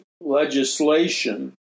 legislation